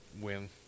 win